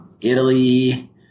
Italy